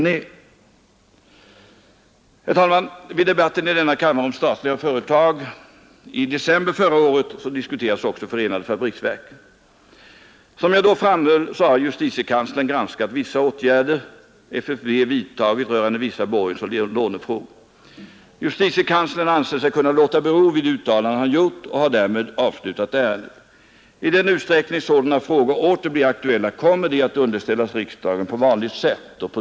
Herr talman! Under debatten om statliga företag i denna kammare i december förra året diskuterades också förenade fabriksverken. Som jag då framhöll har justitiekanslern granskat vissa åtgärder som FFV vidtagit rörande vissa borgensoch lånefrågor. Justitiekanslern anser sig kunna låta bero vid de uttalanden han gjort och har därmed avslutat ärendet. I den utsträckning sådana frågor åter blir aktuella kommer de att underställas riksdagen på vanligt sätt.